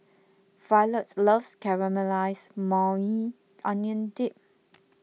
Violet loves Caramelized Maui Onion Dip